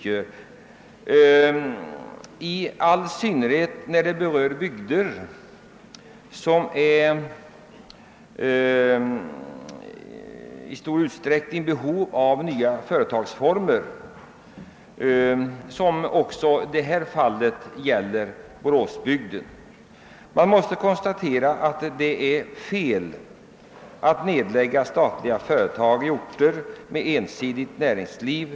Detta blir särskilt kännbart i de bygder som är i stort behov av nva företagsformer, t.ex. Boråsbygden. Jag måste konstatera att det är fel att nedlägga statliga företag i orter med ensidigt näringsliv.